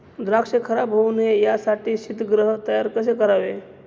द्राक्ष खराब होऊ नये यासाठी शीतगृह तयार कसे करावे?